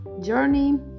journey